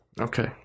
Okay